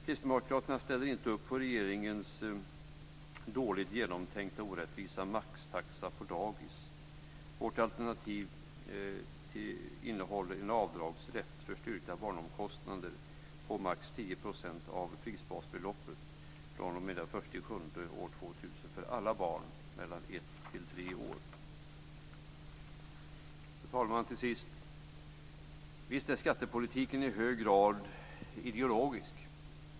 Kristdemokraterna ställer inte upp på regeringens dåligt genomtänkta och orättvisa maxtaxa på dagis. Vårt alternativ innehåller en avdragsrätt för styrkta barnomsorgskostnader på max 10 % av prisbasbeloppet från den 1 juli år 2000 för alla barn mellan ett och tre år. Fru talman! Visst är skattepolitiken i hög grad ideologisk.